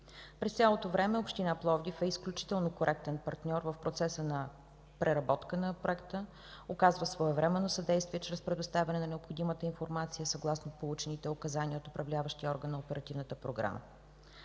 През цялото време община Пловдив е изключително коректен партньор в процеса на преработка на проекта, оказва своевременно съдействие чрез предоставяне на необходимата информация съгласно получените указания от Управляващия орган на Оперативната програма.